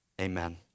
amen